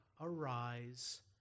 arise